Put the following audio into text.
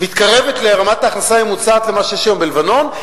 מתקרבת ברמת ההכנסה הממוצעת למה שיש היום בלבנון?